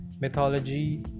mythology